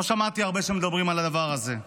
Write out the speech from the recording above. לא שמעתי הרבה שמדברים על הדבר הזה.